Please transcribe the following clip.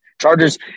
chargers